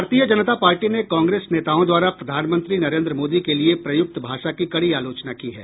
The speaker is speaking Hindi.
भारतीय जनता पार्टी ने कांग्रेस नेताओं द्वारा प्रधानमंत्री नरेन्द्र मोदी के लिए प्रयुक्त भाषा की कड़ी आलोचना की है